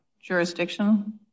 jurisdiction